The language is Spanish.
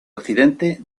occidente